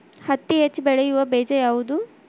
ಹತ್ತಿ ಹೆಚ್ಚ ಬೆಳೆಯುವ ಬೇಜ ಯಾವುದು?